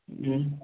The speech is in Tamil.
ம்